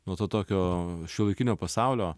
nuo to tokio šiuolaikinio pasaulio